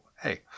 hey